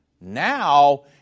Now